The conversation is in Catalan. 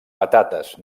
patates